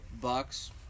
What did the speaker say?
Bucks